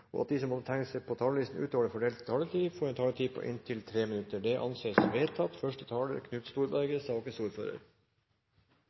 og at de som måtte tegne seg på talerlisten utover den fordelte taletid, får en taletid på inntil 3 minutter. – Det anses vedtatt.